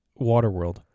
Waterworld